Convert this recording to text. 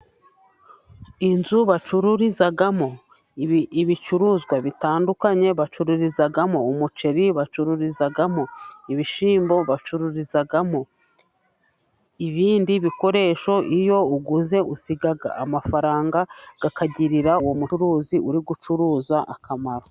Inzu bacururizamo ibicuruzwa bitandukanye bacururizamo umuceri , bacururizamo ibishyimbo, bacururizamo ibindi bikoresho, iyo uguze usiga amafaranga akagirira uwo mucuruzi uri gucuruza akamaro.